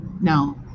no